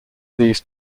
these